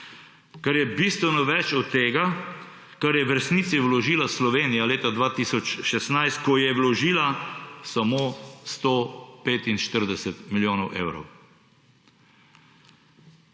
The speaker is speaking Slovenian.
kar je bistveno več od tega, kar je v resnici vložila Slovenija leta 2016, ko je vložila samo 145 milijonov evrov.